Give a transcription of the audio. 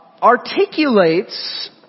Articulates